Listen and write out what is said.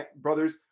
brothers